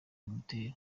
bimutera